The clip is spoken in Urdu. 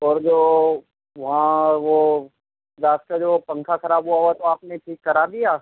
اور جو وہاں وہ رات کا جو پنکھا خراب ہوا ہوا تھا وہ آپ نے ٹھیک کرا دیا